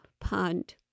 pond